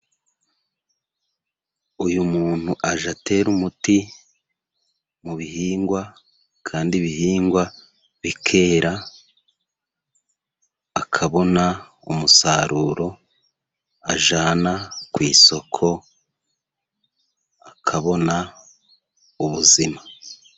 Uyu muntu ajya atera umuti mu bihingwa kandi ibihingwa bikera, akabona umusaruro ajyana ku isoko, akabona ubuzima.